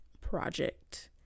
Project